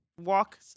walk